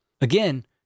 Again